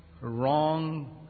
wrong